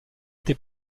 été